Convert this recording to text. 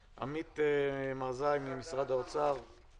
עמית מרזאי ממשרד האוצר,